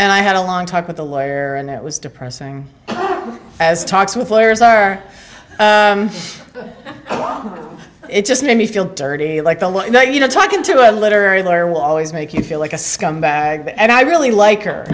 and i had a long talk with a lawyer and it was depressing as talks with lawyers are oh it just made me feel dirty like to let you know you know talking to a literary lawyer will always make you feel like a scumbag and i really like her